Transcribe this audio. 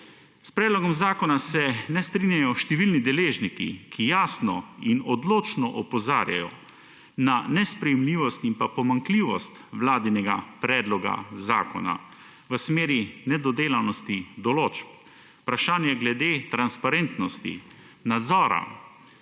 S predlogom zakona se ne strinjajo številni deležniki, ki jasno in odločno opozarjajo na nesprejemljivost in pa pomanjkljivost vladinega predloga zakona v smeri nedodelanosti določb. Vprašanje glede transparentnosti, nadzora,